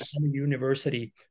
University